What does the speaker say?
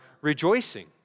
rejoicing